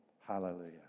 Hallelujah